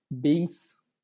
beings